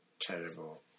terrible